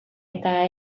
eta